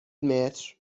متر